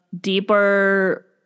deeper